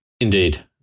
Indeed